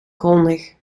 grondig